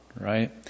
right